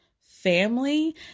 family